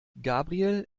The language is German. gabriel